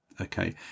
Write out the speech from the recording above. Okay